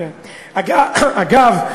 אגב,